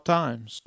times